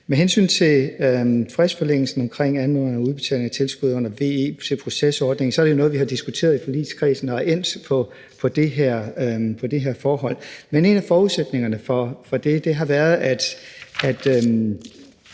Med hensyn til fristforlængelsen i forhold til anmodninger om udbetaling af tilskud under VE til procesordningen er det jo noget, som vi har diskuteret i forligskredsen, og vi er endt på det her forhold, men en af forudsætningerne for det har været, at